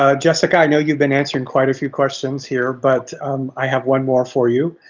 ah jessica, i know you've been answering quite a few questions here but i have one more for you.